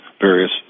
various